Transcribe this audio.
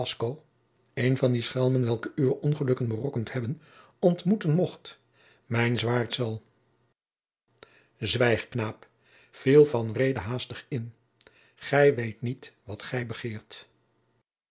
een van die schelmen welke uwe ongelukken berokkend hebben ontmoeten mocht mijn zwaard zal zwijg knaap viel van reede haastig in gij weet niet wat gij begeert